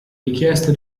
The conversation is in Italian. richieste